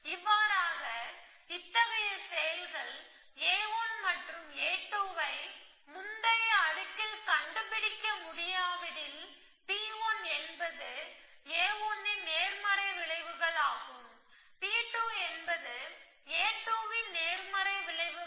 இவ்வாறாக இத்தகைய செயல்கள் a1 மற்றும் a2 ஐ முந்தைய அடுக்கில் கண்டுபிடிக்க முடியாவிடில் P1 என்பது a1 ன் நேர்மறை விளைவுகள் மற்றும் P2 என்பது a2 ன் நேர்மறை விளைவுகள்